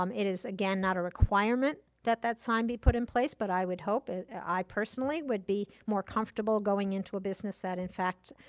um it is, again, not a requirement that that sign be put in place but i would hope, i personally would be more comfortable going into a business that, in fact,